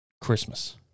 Christmas